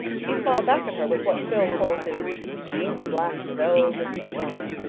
he smiled back at her with what phil called his deep, black, velvety smile.